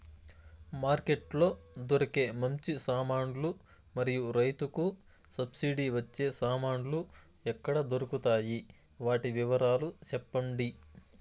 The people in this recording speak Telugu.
మార్కెట్ లో దొరికే మంచి సామాన్లు మరియు రైతుకు సబ్సిడి వచ్చే సామాన్లు ఎక్కడ దొరుకుతాయి? వాటి వివరాలు సెప్పండి?